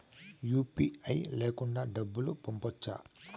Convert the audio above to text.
UPI లేకుండా డబ్బు పంపొచ్చా